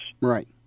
Right